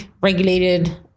regulated